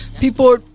people